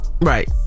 right